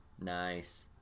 Nice